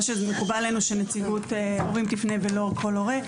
מקובל עלינו שנציגות הורים תפנה, ולא כל הורה,